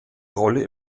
rolle